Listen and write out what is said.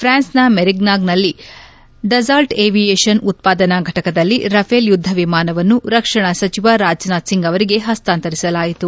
ಪ್ರಾನ್ಸ್ನ ಮೆರಿಗ್ನಾಕ್ನಲ್ಲಿನ ಡಸಾಲ್ಸ್ ಏವಿಯೇಷನ್ನ ಉತ್ಪಾದನಾ ಫಟಕದಲ್ಲಿ ರಫೇಲ್ ಯುದ್ದ ವಿಮಾನವನ್ನು ರಕ್ಷಣಾ ಸಚಿವ ರಾಜನಾಥ್ ಸಿಂಗ್ ಅವರಿಗೆ ಹಸ್ತಾಂತರಿಸಲಾಯಿತು